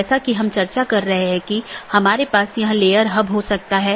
जो हम चर्चा कर रहे थे कि हमारे पास कई BGP राउटर हैं